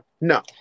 no